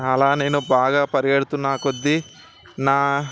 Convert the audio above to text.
అలా నేను బాగా పరిగెడుతున్నా కొద్దీ నా